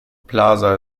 plaza